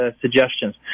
suggestions